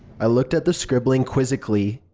i looked at the scribbling quizzically.